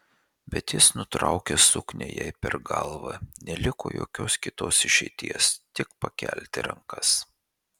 bet jis nutraukė suknią jai per galvą neliko jokios kitos išeities tik pakelti rankas